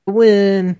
win